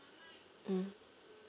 mm